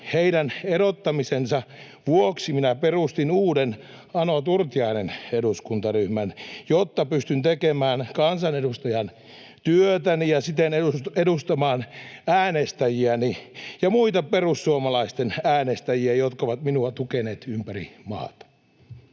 heidän erottamisensa vuoksi minä perustin uuden Ano Turtiainen ‑eduskuntaryhmän, jotta pystyn tekemään kansanedustajan työtäni ja siten edustamaan äänestäjiäni ja muita perussuomalaisten äänestäjiä, jotka ovat minua tukeneet ympäri maata.